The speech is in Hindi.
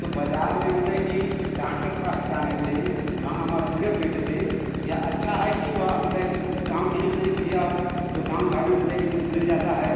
तो बाज़ार में मतलब कि डॉक्टर के पास जाने से महँगा मे सिरप लेने से यह अच्छा है कि वह मतलब कि गाँव के ही माने कि यह जो गाँव घर में मतलब कि मिल जाता है